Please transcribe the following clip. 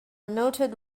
noted